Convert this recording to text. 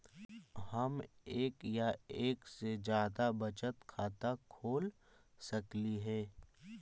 हम एक या एक से जादा बचत खाता खोल सकली हे?